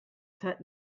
set